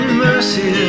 mercy